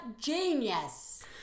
genius